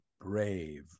brave